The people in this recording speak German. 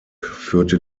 führte